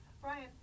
Brian